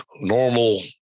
normal